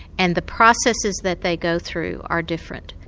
and the processes that they go through are different.